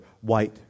white